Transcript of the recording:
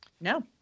No